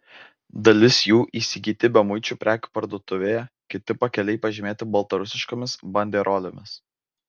dalis jų įsigyti bemuičių prekių parduotuvėje kiti pakeliai pažymėti baltarusiškomis banderolėmis